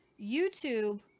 YouTube